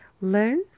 Learn